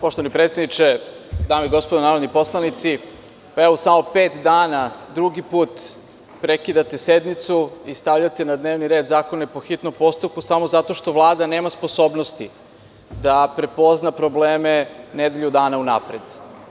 Poštovani predsedniče, dame i gospodo narodni poslanici, eve samo u pet dana drugi put prekidate sednicu i stavljate na dnevni red zakone po hitnom postupku samo zato što Vlada nema sposobnosti da prepozna probleme nedelju dana unapred.